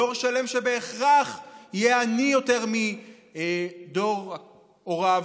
דור שלם שבהכרח יהיה עני יותר מדור הוריו.